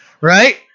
right